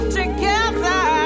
together